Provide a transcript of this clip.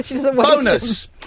Bonus